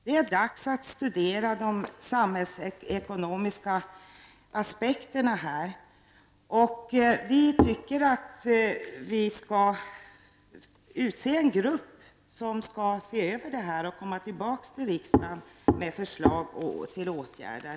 Det är dags att studera de samhällsekonomiska aspekterna, och vi tycker att det bör utses en grupp att se över detta och komma tillbaka till riksdagen med förslag till åtgärder.